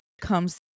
comes